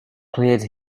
cleared